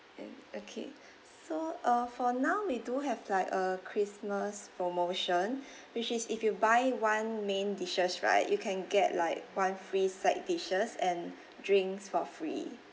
and okay so uh for now we do have like a christmas promotion which is if you buy one main dishes right you can get like one free side dishes and drinks for free